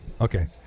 Okay